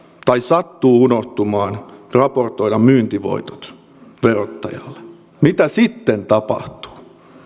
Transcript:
tai sattuu unohtumaan raportoida myyntivoitot verottajalle mitä sitten tapahtuu